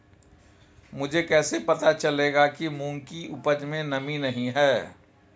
मुझे कैसे पता चलेगा कि मूंग की उपज में नमी नहीं है?